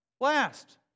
last